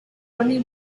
only